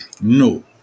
No